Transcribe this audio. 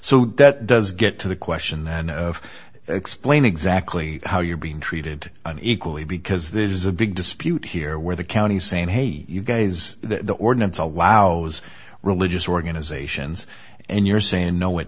so that does get to the question then of explain exactly how you're being treated unequally because there's a big dispute here where the county saying hey you guys the ordinance allows religious organizations and you're saying no it